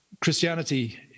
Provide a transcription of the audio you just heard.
Christianity